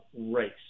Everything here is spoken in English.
race